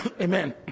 Amen